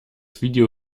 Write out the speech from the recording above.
video